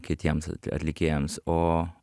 kitiems atlikėjams o